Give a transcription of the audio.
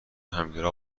همگرا